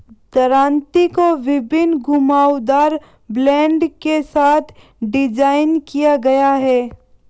दरांती को विभिन्न घुमावदार ब्लेड के साथ डिज़ाइन किया गया है